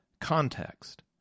context